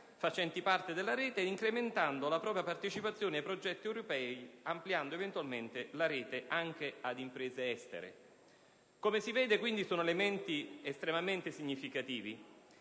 facenti parte della rete ed incrementare la propria partecipazione ai progetti europei, ampliando eventualmente la rete anche ad imprese estere. Come si vede, si tratta quindi di elementi estremamente significativi.